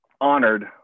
honored